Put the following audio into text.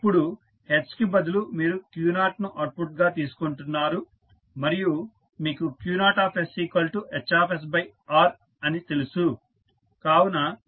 ఇప్పుడు h కి బదులుగా మీరు Q0ను అవుట్పుట్గా తీసుకుంటున్నారు మరియు మీకు Q0sHR అని తెలుసు